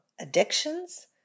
addictions